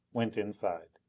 went inside.